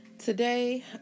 Today